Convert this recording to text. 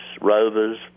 Rovers